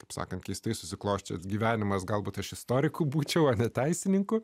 taip sakant keistai susiklostęs gyvenimas galbūt aš istorikų būčiau apie teisininkų